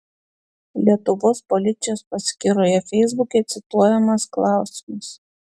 lietuvos policijos paskyroje feisbuke cituojamas klausimas